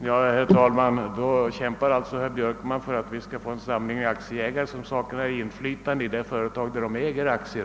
Herr talman! Herr Björkman kämpar alltså för att vi skall få en samling aktieägare som saknar inflytande i det företag där de äger aktier.